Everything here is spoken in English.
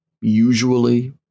usually